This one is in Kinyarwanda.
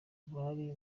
bari